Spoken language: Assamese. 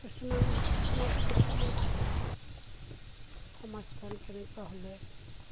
কিছুমান সামাজিক কথা মই ভাবোঁ সমাজখন কেনেকুৱা হ'লে